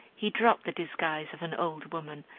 he dropped the disguise of an old woman,